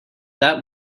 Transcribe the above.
that